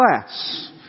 class